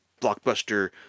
blockbuster